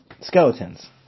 skeletons